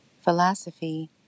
philosophy